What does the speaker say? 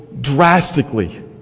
drastically